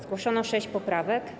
Zgłoszono sześć poprawek.